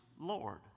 Lord